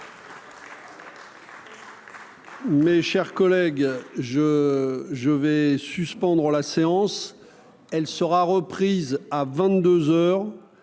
Mes chers collègues, je je vais suspendre la séance, elle sera reprise à 22